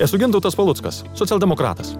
esu gintautas paluckas socialdemokratas